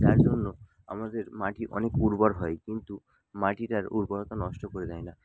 তার জন্য আমাদের মাটি অনেক উর্বর হয় কিন্তু মাটিটার উর্বরতা নষ্ট করে দেয় না